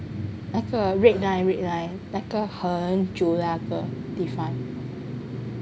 那个 red line red line 那个很久那个地方